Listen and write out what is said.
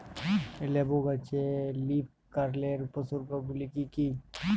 লেবু গাছে লীফকার্লের উপসর্গ গুলি কি কী?